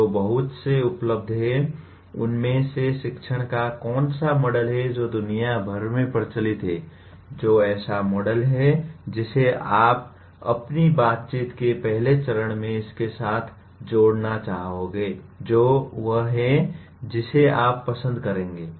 जो बहुत से उपलब्ध हैं उनमें से शिक्षण का कौन सा मॉडल है जो दुनिया भर में प्रचलित है जो ऐसा मॉडल है जिसे आप अपनी बातचीत के पहले चरण में इसके साथ जोड़ना चाहेंगे जो वह है जिसे आप पसंद करेंगे